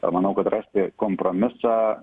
ir manau kad rasti kompromisą